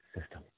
system